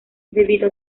debido